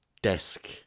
desk